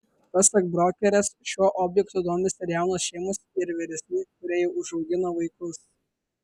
pasak brokerės šiuo objektu domisi ir jaunos šeimos ir vyresni kurie jau užaugino vaikus